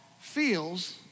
feels